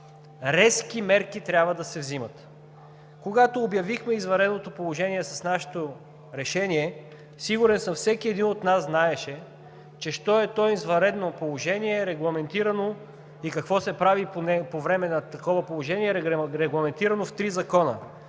резки мерки трябва да се взимат. Когато обявихме извънредното положение с нашето решение, сигурен съм, всеки един от нас знаеше що е то извънредно положение – регламентирано, и какво се прави по време на такова положение, регламентирано в три закона: